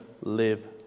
live